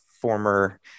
former